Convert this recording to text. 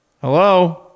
hello